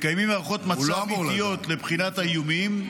-- מקיימים הערכות מצב עיתיות לבחינת האיומים.